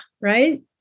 right